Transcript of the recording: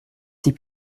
six